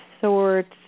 sorts